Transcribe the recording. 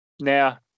Now